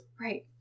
Right